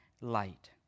light